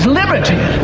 liberty